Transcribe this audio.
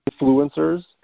influencers